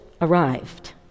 arrived